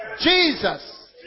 Jesus